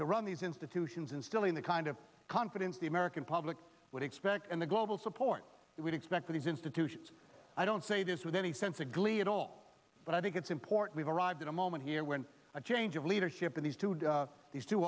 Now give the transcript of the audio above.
to run these institutions instilling the kind of confidence the american public would expect and the global support that we'd expect for these institutions i don't say this with any sense of glee at all but i think it's important to arrive in a moment here when a change of leadership in these two to these two